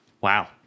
Wow